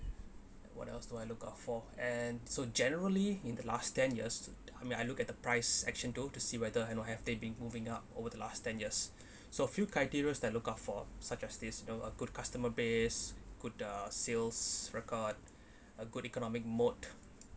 what else do I look out for and so generally in the last ten years I mean I look at the price action though to see whether I know have they been moving up over the last ten years so few criteria that I look out for such as this you know a good customer base good uh sales records a good economic mode